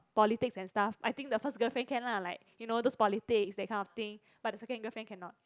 politics and stuff I think the first girlfriend can lah like you know just politics that kind of thing but the second girlfriend cannot